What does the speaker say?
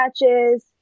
matches